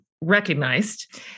recognized